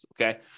okay